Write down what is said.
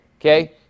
Okay